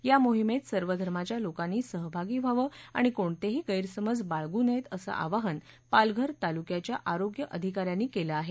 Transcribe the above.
या मोहिमेत सर्व धर्माच्या लोकांनी सहभागी व्हावं आणि कोणतेही गस्सिमज बाळगू नयेत असं आवाहन पालघर तालुक्याच्या आरोग्य अधिका यांनी केलं आहे